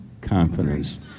confidence